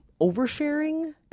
oversharing